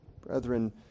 brethren